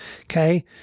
okay